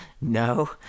No